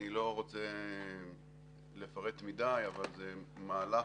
אני לא רוצה לפרט מדי, אבל זה מהלך